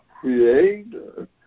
creator